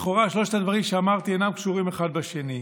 לכאורה שלושת הדברים שאמרתי אינם קשורים אחד בשני,